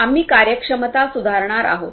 आम्ही कार्यक्षमता सुधारणार आहोत